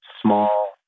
small